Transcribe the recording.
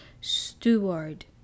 steward